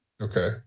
Okay